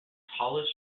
tallest